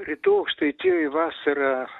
rytų aukštaitijoj vasara